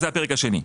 זה הפרק השני.